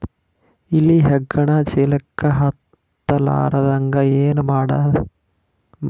ಇಲಿ ಹೆಗ್ಗಣ ಚೀಲಕ್ಕ ಹತ್ತ ಲಾರದಂಗ ಏನ ಮಾಡದ?